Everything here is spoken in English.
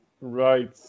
right